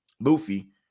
Luffy